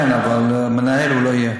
כן, אבל מנהל הוא לא יהיה.